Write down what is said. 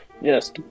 Yes